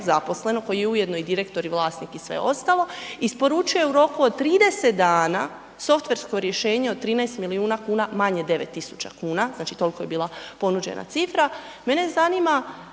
zaposlenog koji je ujedno i direktor i vlasnik i sve ostalo, isporučio je u roku od 30 dana softversko rješenje od 13 milijuna kuna, manje 9.000 kuna, znači toliko je bila ponuđena cifra. Mene zanima